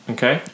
Okay